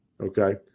okay